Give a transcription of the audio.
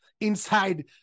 inside